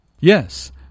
Yes